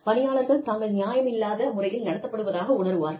பணியாளர்கள் தாங்கள் நியாயமில்லாத முறையில் நடத்தப்பட்டதாக உணருவார்கள்